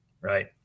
Right